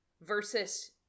versus